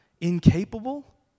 incapable